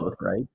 right